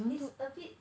it's a bit